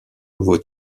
nouveau